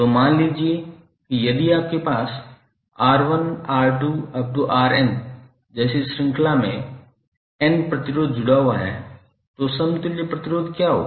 तो मान लीजिए कि यदि आपके पास R1 R2 upto Rn जैसी श्रृंखला में n प्रतिरोध जुड़ा हुआ है तो समतुल्य प्रतिरोध क्या होगा